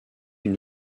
une